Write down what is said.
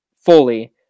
fully